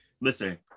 listen